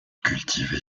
cultivait